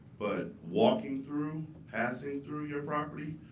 but walking through, passing through your property,